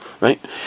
right